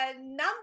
Number